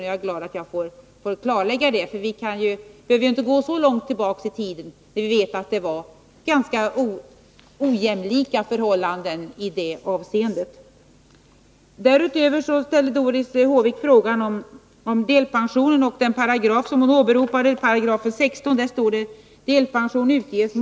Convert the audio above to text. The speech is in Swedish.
Jag är glad att jag nu får klarlägga detta, för vi behöver ju inte gå så långt tillbaka i tiden för att finna att förhållandena i det här avseendet varit ganska ojämlika. Därutöver ställde Doris Håvik en fråga om delpensionen.